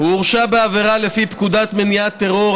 "הוא הורשע בעבירה לפי פקודת מניעת טרור,